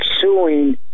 suing